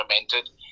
implemented